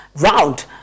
round